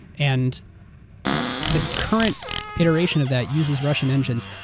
and the current iteration of that uses russian engines,